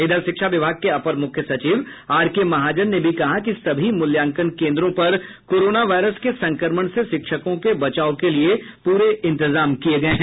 इधर शिक्षा विभाग के अपर मुख्य सचिव आर के महाजन ने भी कहा कि सभी मूल्यांकन केन्द्रों पर कोरोना वायरस के संक्रमण से शिक्षकों के बचाव के लिए पूरे इंतजाम किये गये हैं